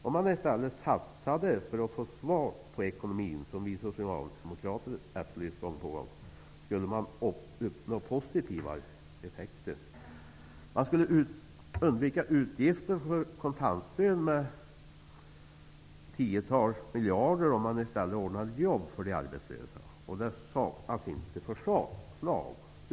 Om man i stället satsade för att få fart på ekonomin, som vi socialdemokrater har efterlyst gång på gång, skulle man uppnå positiva effekter. Man skulle undvika utgifter för kontantstöd med tiotals miljarder om man i stället ordnade jobb för de arbetslösa. Och det saknas inte förslag.